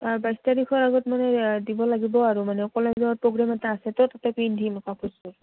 বাইছ তাৰিখৰ আগত মানে দিব লাগিব আৰু মানে কলেজত প্ৰগ্ৰেম এটা আছে তো তাতে পিন্ধিম কাপোৰযোৰ